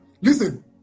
Listen